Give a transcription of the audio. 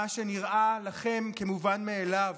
מה שנראה לכם כמובן מאליו,